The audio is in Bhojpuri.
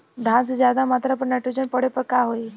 धान में ज्यादा मात्रा पर नाइट्रोजन पड़े पर का होई?